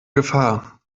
gefahr